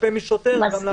מצפה משוטר גם לעשות את זה.